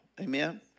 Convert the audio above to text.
Amen